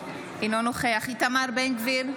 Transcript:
אינו נוכח איתמר בן גביר,